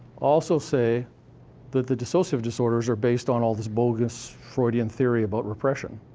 also say that the dissociative disorders are based on all this bogus freudian theory about repression.